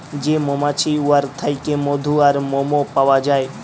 যে মমাছি উয়ার থ্যাইকে মধু আর মমও পাউয়া যায়